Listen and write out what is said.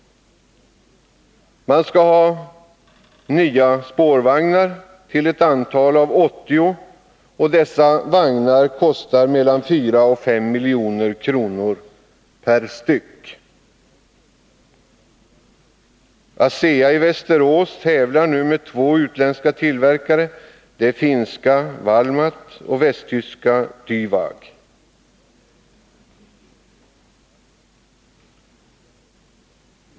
Man behöver nya spårvagnar till ett antal av 80. Dessa vagnar kostar mellan fyra och fem miljoner kronor per styck. ASEA i Västerås tävlar nu med två utländska tillverkare, det finska Valmet och det västtyska Diwag.